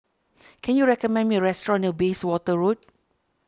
can you recommend me a restaurant near Bayswater Road